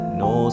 no